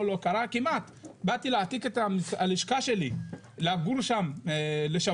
כמעט באתי להעתיק את הלשכה שלי לגור שם לשבוע,